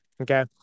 okay